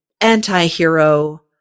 anti-hero